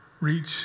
reach